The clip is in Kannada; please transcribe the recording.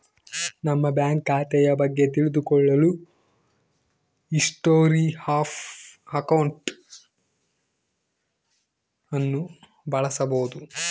ನಮ್ಮ ಬ್ಯಾಂಕ್ ಖಾತೆಯ ಬಗ್ಗೆ ತಿಳಿದು ಕೊಳ್ಳಲು ಹಿಸ್ಟೊರಿ ಆಫ್ ಅಕೌಂಟ್ ಅನ್ನು ಬಳಸಬೋದು